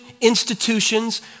institutions